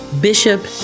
Bishop